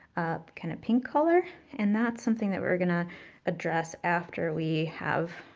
kind of, pink color. and that's something that we're gonna address after we have,